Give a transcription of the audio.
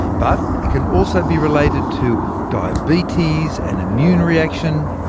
but it can also be related to diabetes, an immune reaction,